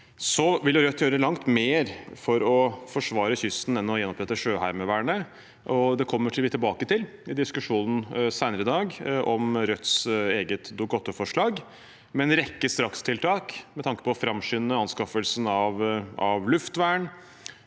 vil gjøre langt mer for å forsvare kysten enn å gjenopprette Sjøheimevernet. Det kommer vi tilbake til i diskusjonen senere i dag om Rødts eget Dokument 8forslag, om en rekke strakstiltak med tanke på å framskynde anskaffelsen av luftvern,